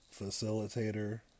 facilitator